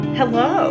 hello